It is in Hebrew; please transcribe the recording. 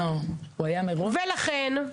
ולכן,